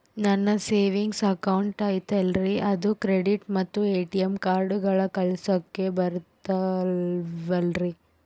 ನನ್ನ savings account ಐತಲ್ರೇ ಅದು ಕ್ರೆಡಿಟ್ ಮತ್ತ ಎ.ಟಿ.ಎಂ ಕಾರ್ಡುಗಳು ಕೆಲಸಕ್ಕೆ ಬರುತ್ತಾವಲ್ರಿ?